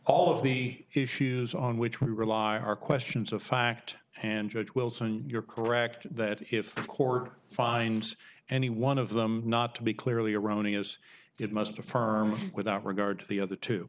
all of the issues on which we rely are questions of fact and judge wilson you're correct that if the court finds any one of them not to be clearly erroneous it must affirm without regard to the other two